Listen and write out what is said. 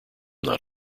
nut